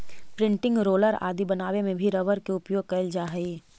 printing roller आदि बनावे में भी रबर के उपयोग कैल जा हइ